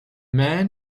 man